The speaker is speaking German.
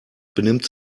benimmt